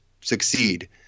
succeed